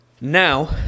Now